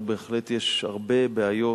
אבל בהחלט יש הרבה בעיות,